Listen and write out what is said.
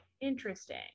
Interesting